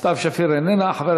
סתיו שפיר איננה נוכחת,